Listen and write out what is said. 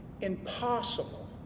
impossible